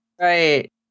Right